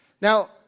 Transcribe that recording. Now